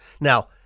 Now